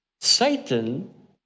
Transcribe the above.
Satan